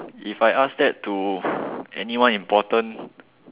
if I ask that to anyone important